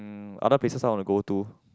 mm other places I wanna go to